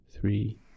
three